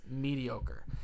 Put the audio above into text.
mediocre